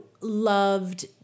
loved